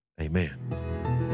amen